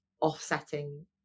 offsetting